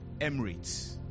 Emirates